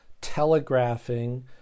telegraphing